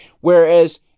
Whereas